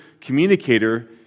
communicator